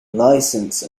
licence